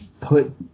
put